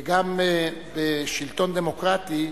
וגם שלטון דמוקרטי,